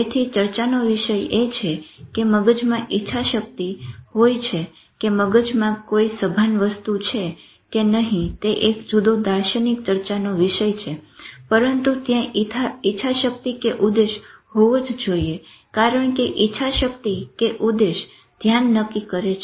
તેથી ચર્ચા નો વિષય એ છે કે મગજમાં ઇચ્છાશક્તિ હોય છે કે મગજમાં કોઈ સભાન વસ્તુ છે કે નહી તે એક જુદો દાર્શનિક ચર્ચા નો વિષય છે પરંતુ ત્યાં ઇચ્છાશક્તિ કે ઉદેશ હોવો જ જોઈએ કારણ કે ઇચ્છાશક્તિ કે ઉદેશ ધ્યાન નક્કી કરે છે